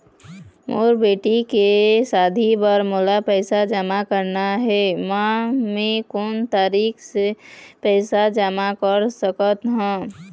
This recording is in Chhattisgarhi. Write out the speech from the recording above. मोर बेटी के शादी बर मोला पैसा जमा करना हे, म मैं कोन तरीका से पैसा जमा कर सकत ह?